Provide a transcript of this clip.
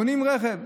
קונים רכב.